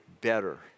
better